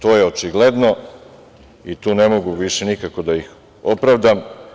To je očigledno i tu ne mogu više nikako da ih opravdam.